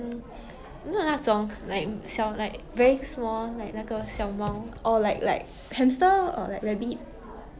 you know 那种 like 小 like very small like 那个小猫